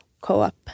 co-op